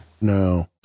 No